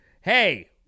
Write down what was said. Hey